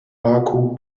baku